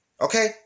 Okay